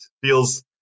feels